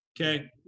okay